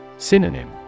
Synonym